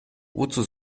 wozu